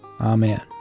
Amen